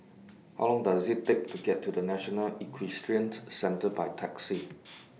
How Long Does IT Take to get to National Equestrian Centre By Taxi